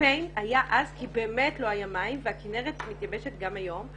שהקמפיין היה אז כי באמת לא היה מים והכינרת מתייבשת גם היום,